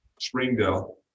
Springdale